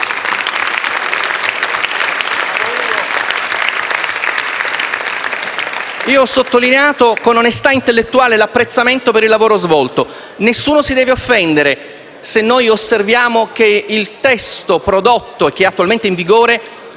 Ho sottolineato con onestà intellettuale l'apprezzamento per il lavoro svolto. Nessuno si deve offendere se osserviamo che il testo prodotto e attualmente in vigore